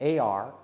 AR